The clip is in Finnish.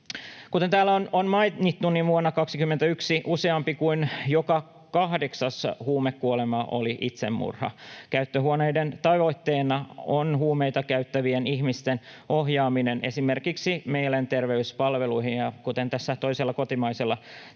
Kuten täällä on mainittu, niin vuonna 21 useampi kuin joka kahdeksas huumekuolema oli itsemurha. Käyttöhuoneiden tavoitteena on huumeita käyttävien ihmisten ohjaaminen esimerkiksi mielenterveyspalveluihin, ja kuten tässä toisella kotimaisella